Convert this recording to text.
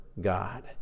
god